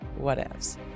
Whatevs